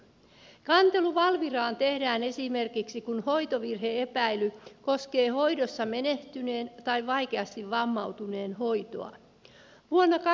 kantelu valviraan tehdään esimerkiksi silloin kun hoitovirhe epäily koskee hoidossa menehtyneen tai vaikeasti vammautuneen hoitoa